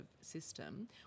system